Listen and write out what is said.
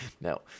No